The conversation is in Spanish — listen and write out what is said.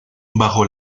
bajo